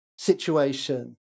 Situation